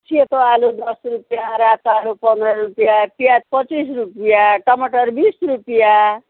सेतो आलु दस रुपियाँ रातो आलु पन्ध्र रुपियाँ प्याज पच्चिस रुपियाँ टमाटर बिस रुपियाँ